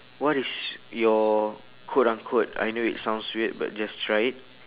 what is your quote unquote I know it sounds weird but just try it